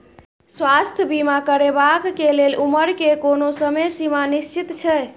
स्वास्थ्य बीमा करेवाक के लेल उमर के कोनो समय सीमा निश्चित छै?